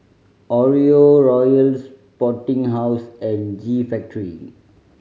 Oreo Royal Sporting House and G Factory